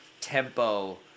tempo